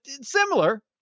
similar